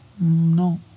No